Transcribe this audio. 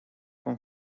con